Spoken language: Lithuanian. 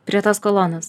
prie tos kolonos